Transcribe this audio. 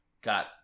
got